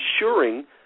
ensuring